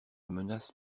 menace